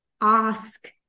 ask